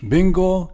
Bingo